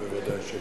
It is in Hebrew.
ודאי שלא.